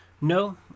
No